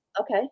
Okay